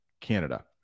Canada